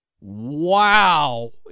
Wow